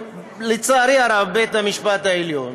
לצערי הרב, בית המשפט העליון